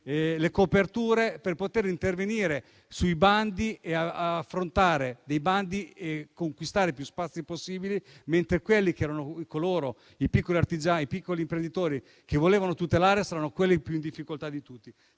le coperture per poter intervenire sui bandi, partecipare e conquistare più spazio possibile; invece, i piccoli artigiani, i piccoli imprenditori che si volevano tutelare, saranno quelli più in difficoltà di tutti.